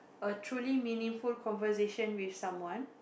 a truly meaningful conversation with someone